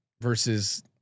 versus